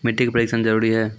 मिट्टी का परिक्षण जरुरी है?